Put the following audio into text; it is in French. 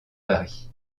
paris